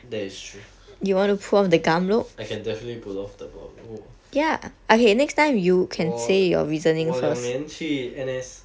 that is true I can definitely pull off the bald look 我我两年去 N_S